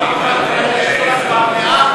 כבוד היושב-ראש,